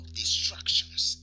distractions